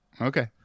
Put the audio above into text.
Okay